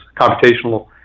computational